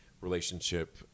relationship